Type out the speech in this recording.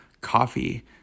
coffee